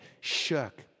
shook